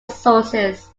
sources